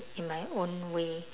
in my own way